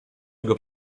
jego